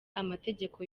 amategeko